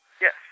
Yes